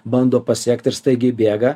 bando pasiekt ir staigiai bėga